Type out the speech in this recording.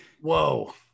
whoa